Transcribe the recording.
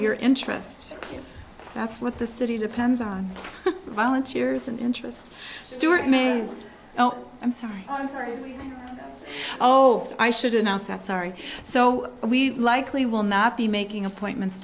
your interest that's what the city depends on volunteers and interest stuart mains oh i'm sorry i'm sorry oh i should announce that sorry so we likely will not be making appointments